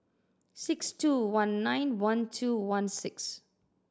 six two one nine one two one six